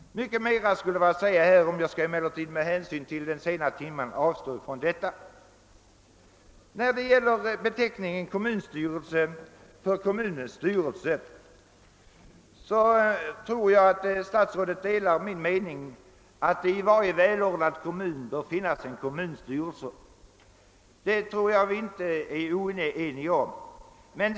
Mycket mera skulle vara att säga härom, men jag skall med hänsyn till den sena timmen avstå från detta. När det gäller beteckningen kommunstyrelse för kommunens styrelse tror jag att statsrådet delar min mening, att det i varje välordnad kommun bör finnas en kommunstyrelse; det kan vi inte vara oeniga om.